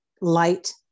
light